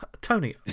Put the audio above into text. Tony